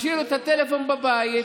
השאירו את הטלפון בבית,